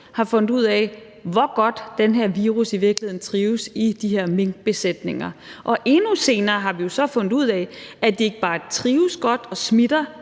har fundet ud af, hvor godt den her virus i virkeligheden trives i de her minkbesætninger. Og endnu senere har vi jo så fundet ud af, at den ikke bare trives godt og jo